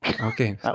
Okay